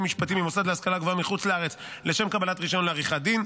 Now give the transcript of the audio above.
משפטים ממוסד להשכלה גבוהה מחוץ לארץ לשם קבלת רישיון לעריכת דין.